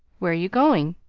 where are you going?